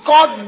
God